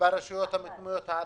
ברשויות המקומיות הערביות.